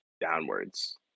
downwards